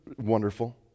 wonderful